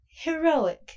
heroic